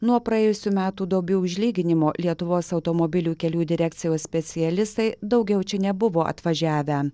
nuo praėjusių metų duobių užlyginimo lietuvos automobilių kelių direkcijos specialistai daugiau čia nebuvo atvažiavę